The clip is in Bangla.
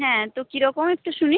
হ্যাঁ তো কীরকম একটু শুনি